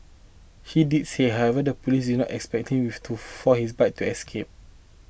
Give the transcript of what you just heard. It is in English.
he did say however the police did not exceptionally with to foil his bid to escape